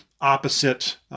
opposite